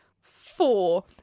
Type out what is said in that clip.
four